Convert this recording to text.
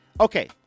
Okay